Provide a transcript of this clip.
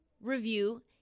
review